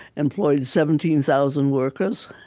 employed seventeen thousand workers.